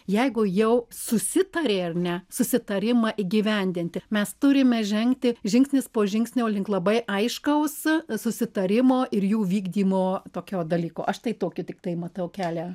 jeigu jau susitarė ar ne susitarimą įgyvendinti mes turime žengti žingsnis po žingsnio link labai aiškaus susitarimo ir jų vykdymo tokio dalyko aš tai tokį tiktai matau kelią